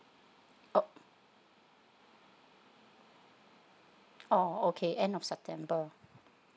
oh oh okay end of september